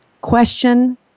question